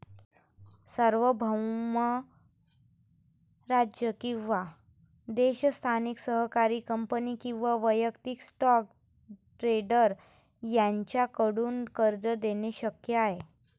सार्वभौम राज्य किंवा देश स्थानिक सरकारी कंपनी किंवा वैयक्तिक स्टॉक ट्रेडर यांच्याकडून कर्ज देणे शक्य आहे